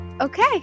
okay